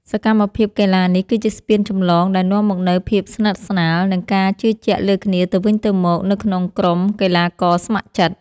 សកម្មភាពកីឡានេះ គឺជាស្ពានចម្លងដែលនាំមកនូវភាពស្និទ្ធស្នាល និងការជឿជាក់លើគ្នាទៅវិញទៅមកនៅក្នុងក្រុមកីឡាករស្ម័គ្រចិត្ត។